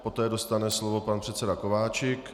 Poté dostane slovo pan předseda Kováčik.